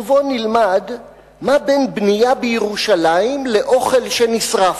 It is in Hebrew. ובו נלמד מה בין בנייה בירושלים לאוכל שנשרף,